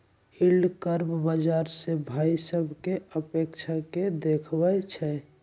yield curve बाजार से भाइ सभकें अपेक्षा के देखबइ छइ